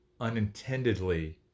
unintendedly